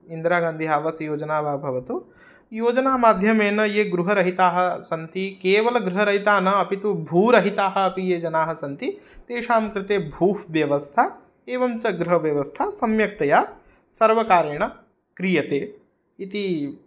इन्द्रागान्धि आवासयोजना वा भवतु योजनामाध्यमेन ये गृहरहिताः सन्ति केवलगृहरहिता न अपि तु भूरहिताः अपि ये जनाः सन्ति तेषां कृते भूव्यवस्था एवं च गृहव्यवस्था सम्यक्तया सर्वकारेण क्रियते इति